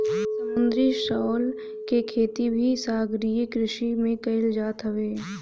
समुंदरी शैवाल के खेती भी सागरीय कृषि में कईल जात हवे